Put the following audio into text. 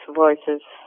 voices